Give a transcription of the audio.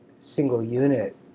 single-unit